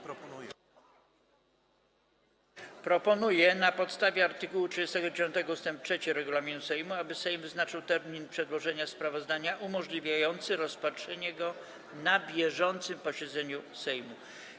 Proponuję na podstawie art. 39 ust. 3 regulaminu Sejmu, aby Sejm wyznaczył termin przedłożenia sprawozdania umożliwiający rozpatrzenie go na bieżącym posiedzeniu Sejmu.